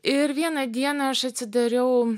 ir vieną dieną aš atsidariau